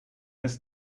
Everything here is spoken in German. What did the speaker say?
ist